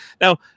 Now